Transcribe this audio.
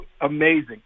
Amazing